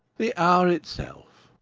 the hour itself,